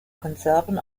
konserven